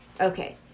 okay